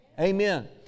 Amen